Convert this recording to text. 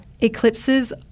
Eclipses